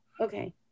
Okay